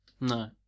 No